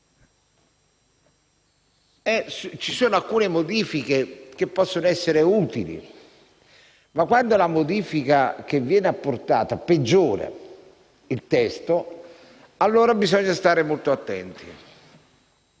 Ci sono alcune modifiche che possono essere utili, ma, quando la modifica che viene apportata peggiora il testo, allora bisogna stare molto attenti.